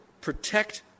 protect